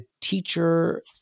teacher